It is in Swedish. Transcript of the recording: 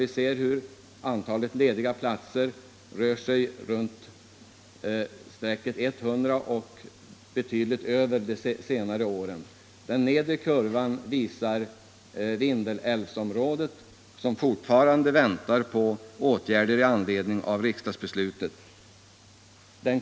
Vi ser hur antalet lediga platser är högre än antalet arbetslösa särskilt under de senare åren. Den nedre kurvan visar Vindelälvsområdet, som fortfarande väntar på åtgärder i anledning av riksdagsbeslutet om älvens bevarande.